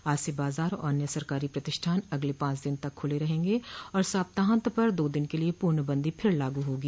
आज से बाजार और अन्य सरकारी प्रतिष्ठान अगले पाच दिन तक खुले रहेंगे और सप्ताहांत पर दो दिन के लिए पूर्णबंदी फिर लागू होगी